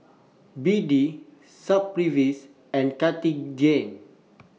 B D and Cartigain